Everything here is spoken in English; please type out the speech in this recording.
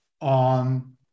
on